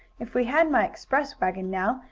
if we had my express wagon now,